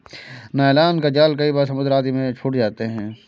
nylon का जाल कई बार समुद्र आदि में छूट जाते हैं